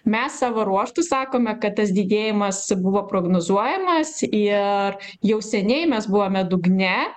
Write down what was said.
mes savo ruožtu sakome kad tas didėjimas buvo prognozuojamas ir jau seniai mes buvome dugne